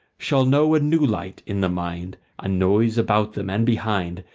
shall know a new light in the mind, a noise about them and behind,